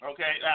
Okay